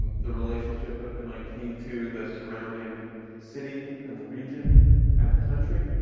and the relationship of mit to the surrounding city and the region and the country.